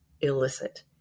illicit